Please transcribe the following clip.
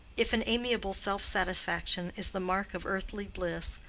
if an amiable self-satisfaction is the mark of earthly bliss,